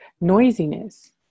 noisiness